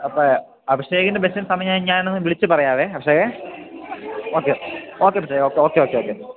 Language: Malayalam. അപ്പോള് അഭിഷേകിന് ബസ്സിൻ്റെ സമയം ഞാനൊന്ന് വിളിച്ചുപറയാം അഭിഷേകെ ഓക്കെ ഓക്കെ അഭിഷേകെ ഓക്കെ ഓക്കെ ഓക്കെ ഓക്കെ